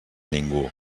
ningú